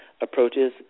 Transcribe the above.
approaches